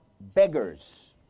beggars